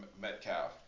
Metcalf